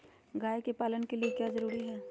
गाय के पालन के लिए क्या जरूरी है?